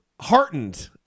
heartened